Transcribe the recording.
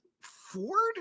Ford